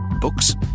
Books